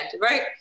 Right